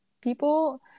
people